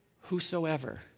Whosoever